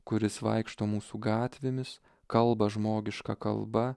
kuris vaikšto mūsų gatvėmis kalba žmogiška kalba